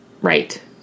Right